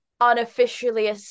unofficially